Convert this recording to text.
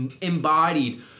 embodied